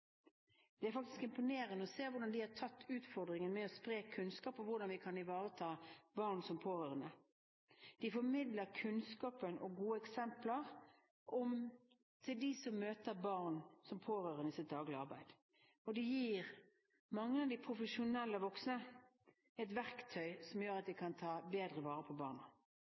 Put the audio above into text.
Det er faktisk imponerende å se hvordan de har tatt utfordringen med å spre kunnskap om hvordan vi kan ivareta barn som pårørende. De formidler kunnskap og gode eksempler til dem som møter barn som pårørende i sitt daglige arbeid. De gir mange av de profesjonelle voksne et verktøy som gjør at de kan ta bedre vare på barna.